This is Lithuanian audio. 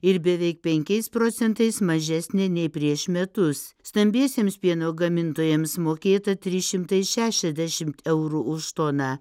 ir beveik penkiais procentais mažesnė nei prieš metus stambiesiems pieno gamintojams mokėta trys šimtai šešiasdešimt eurų už toną